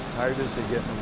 tired as they get